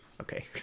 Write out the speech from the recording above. Okay